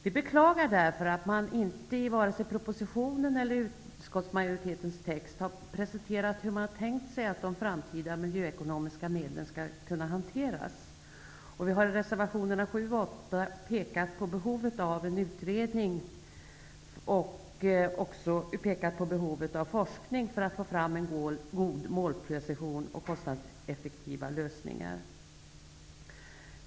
Vi beklagar därför att man inte vare sig i propositionen eller i utskottsmajoritetens text har presenterat hur man tänkt sig att de framtida miljöekonomiska medlen skall kunna hanteras. Vi har i reservationerna 7 och 8 pekat på behovet av en utredning liksom också på behovet av forskning för att få en god målprecision och kostnadseffektiva lösningar.